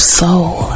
soul